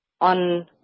on